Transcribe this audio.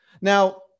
Now